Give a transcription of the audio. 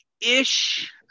ish